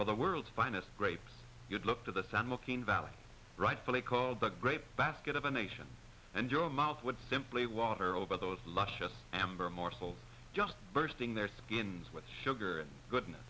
for the world's finest grapes good luck to the san joaquin valley rightfully called the great basket of a nation and your mouth would simply water over those luscious amber morsels just bursting their skins with sugar and goodness